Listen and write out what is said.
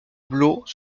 blot